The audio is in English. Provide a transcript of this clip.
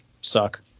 suck